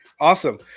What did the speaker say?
Awesome